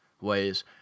ways